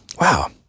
wow